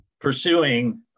pursuing